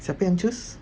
siapa yang choose